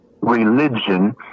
religion